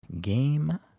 Game